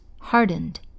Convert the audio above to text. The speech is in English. hardened